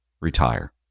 retire